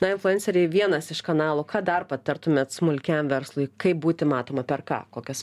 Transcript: na influenceriai vienas iš kanalų ką dar patartumėt smulkiam verslui kaip būti matomu per ką kokias